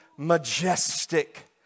majestic